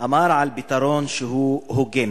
אמר על הפתרון שהוא הוגן,